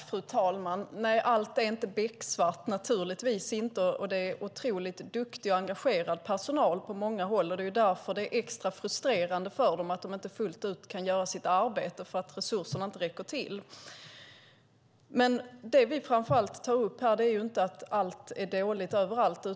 Fru talman! Nej, allt är naturligtvis inte becksvart. Det är otroligt duktig och engagerad personal på många håll. Det är därför det är extra frustrerande för dem att de inte fullt ut kan göra sitt arbete för att resurserna inte räcker till. Det vi tar upp här är inte att allt skulle vara dåligt överallt.